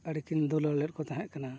ᱟᱹᱰᱤᱠᱤᱱ ᱫᱩᱞᱟᱹᱲ ᱞᱮᱫ ᱠᱚ ᱛᱟᱦᱮᱸᱫ ᱠᱟᱱᱟ